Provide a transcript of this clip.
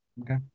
Okay